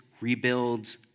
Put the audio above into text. rebuild